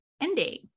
ending